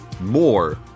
More